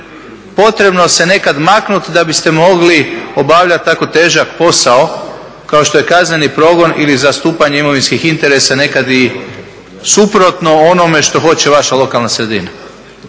Potrebno se nekad maknuti da biste mogli obavljati tako težak posao kao što je kazneni progon ili zastupanje imovinskih interesa nekad i suprotno onome što hoće vaša lokalna sredina.